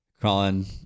crawling